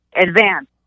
advance